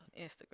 Instagram